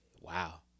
Wow